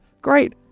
Great